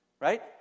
right